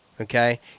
Okay